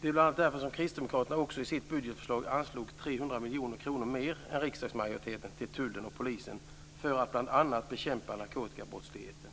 Det är bl.a. därför som Kristdemokraterna i sitt budgetförslag anslog 300 miljoner kronor mer än riksdagsmajoriteten till tullen och polisen för att bekämpa narkotikabrottsligheten m.m.